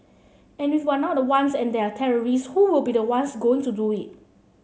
and if we're not the ones and there are terrorists who will be the ones going to do it